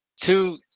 two